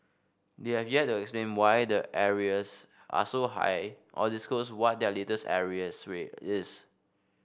they have yet to explain why their arrears are so high or disclose what their latest arrears rate is